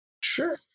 Sure